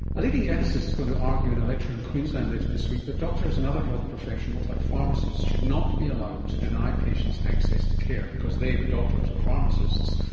a leading ethicist is going to argue in a lecture in queensland later this week that doctors and other health professionals like pharmacists should not be allowed to deny patients access to care because they, the doctors or pharmacists,